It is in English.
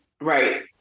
right